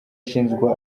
ashinjwa